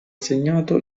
segnato